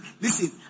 Listen